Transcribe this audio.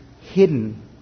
hidden